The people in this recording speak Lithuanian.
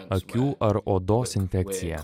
akių ar odos infekciją